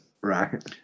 right